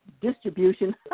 distribution